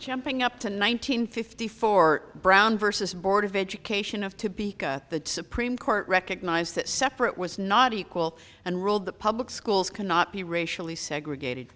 jumping up to nine hundred fifty four brown versus board of education of to be the supreme court recognized that separate was not equal and ruled the public schools cannot be racially segregated